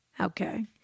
Okay